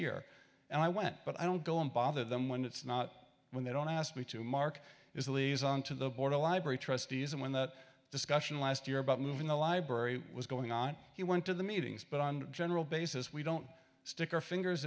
year and i went but i don't go and bother them when it's not when they don't ask me to mark is a liaison to the board a library trustees and when that discussion last year about moving the library was going on he went to the meetings but on a general basis we don't stick our fingers